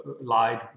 lied